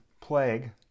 plague